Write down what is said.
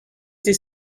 dit